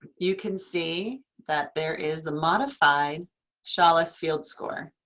you can see that there is the modified shaulis field score.